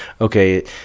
okay